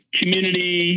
community